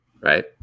Right